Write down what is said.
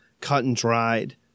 cut-and-dried